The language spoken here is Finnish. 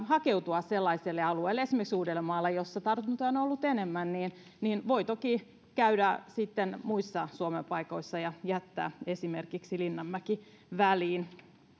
hakeutua sellaiselle alueelle esimerkiksi uudellemaalle missä tartuntoja on on ollut enemmän niin niin voi toki käydä sitten muissa suomen paikoissa ja jättää esimerkiksi linnanmäen väliin